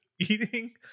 eating